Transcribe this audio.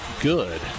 good